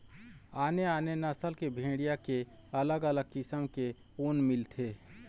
आने आने नसल के भेड़िया के अलग अलग किसम के ऊन मिलथे